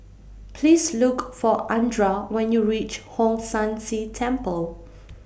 Please Look For Andra when YOU REACH Hong San See Temple